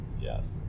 Yes